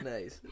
Nice